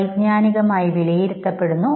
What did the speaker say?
വൈജ്ഞാനികമായ വിലയിരുത്തപ്പെടുന്നു